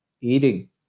Eating